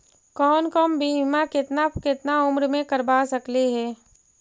कौन कौन बिमा केतना केतना उम्र मे करबा सकली हे?